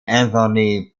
anthony